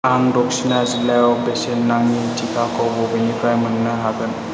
आं दक्शिना जिल्लायाव बेसेन नाङि टिकाखौ बबेनिफ्राय मोन्नो हागोन